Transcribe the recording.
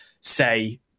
say